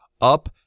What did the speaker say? up